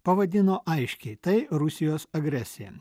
pavadino aiškiai tai rusijos agresija